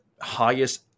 highest